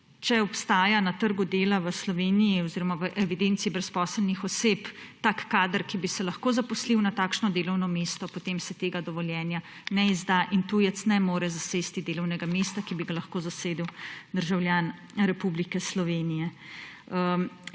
Če obstaja na trgu dela v Sloveniji oziroma v evidenci brezposelnih oseb tak kader, ki bi se lahko zaposlil na takšno delovno mesto, potem se dovoljenje ne izda in tujec ne more zasesti delovnega mesta, ki bi ga lahko zasedel državljan Republike Slovenije.